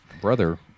brother